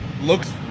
looks